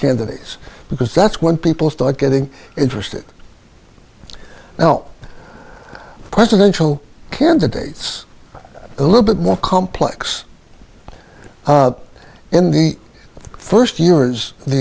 candidates because that's when people start getting interested now presidential candidates a little bit more complex in the first year is the